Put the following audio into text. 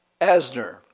Asner